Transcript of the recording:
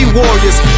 warriors